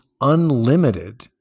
unlimited